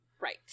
Right